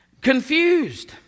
confused